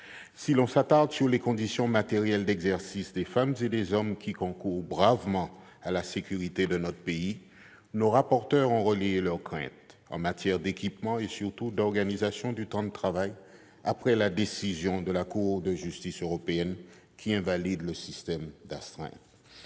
Si l'on s'attarde sur les conditions matérielles d'exercice des femmes et des hommes qui concourent bravement à la sécurité de notre pays, nos rapporteurs ont relayé leurs craintes, en matière d'équipement et surtout d'organisation du temps de travail, après la décision de la Cour de justice de l'Union européenne, qui invalide le système d'astreintes.